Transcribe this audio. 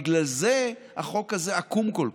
בגלל זה החוק הזה עקום כל כך,